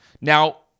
Now